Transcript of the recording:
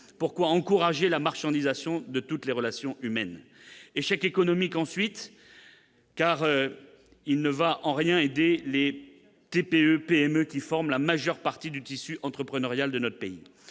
Pourquoi encourager la marchandisation de toutes les relations humaines ? Échec économique, ensuite, car ce texte n'aidera en rien les PME et les TPE qui forment la majeure partie du tissu entrepreneurial de notre pays